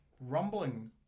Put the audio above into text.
rumbling